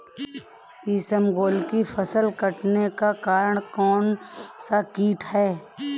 इसबगोल की फसल के कटने का कारण कौनसा कीट है?